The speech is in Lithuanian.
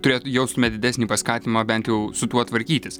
turėt jaustume didesnį paskatinimą bent jau su tuo tvarkytis